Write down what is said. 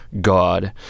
God